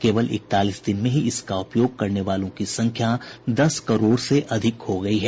केवल इकतालीस दिन में ही इसका उपयोग करने वालों की संख्या दस करोड़ से अधिक हो गई है